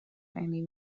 anywhere